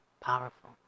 Powerful